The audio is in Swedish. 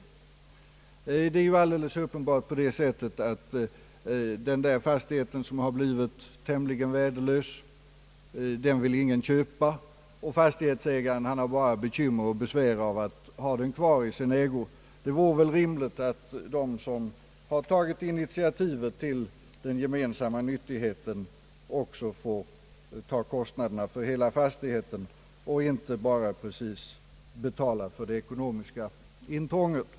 Det är ju alldeles uppenbart att ingen vill köpa fastigheten, som har blivit tämligen värdelös, och fastighetsägaren har bara bekymmer och besvär av att ha den kvar i sin ägo. Det vore rimligt att de som har tagit initiativet till den gemensamma nyttigheten också finge ta kostnaderna för hela fastigheten och inte betala enbart för det ekonomiska intrånget.